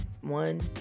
one